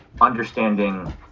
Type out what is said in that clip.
understanding